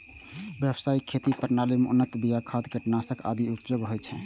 व्यावसायिक खेती प्रणाली मे उन्नत बिया, खाद, कीटनाशक आदिक उपयोग होइ छै